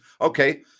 Okay